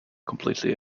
completely